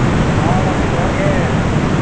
ᱦᱮᱸ ᱜᱚᱢᱠᱮ ᱡᱚᱸᱦᱟᱨ ᱜᱮ